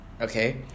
Okay